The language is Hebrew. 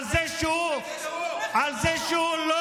על זה שהוא, על זה שהוא תומך טרור.